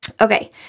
Okay